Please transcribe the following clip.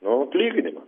nu atlyginimą